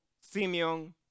Simeon